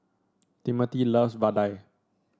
Timothy loves vadai